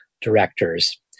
directors